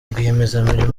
rwiyemezamirimo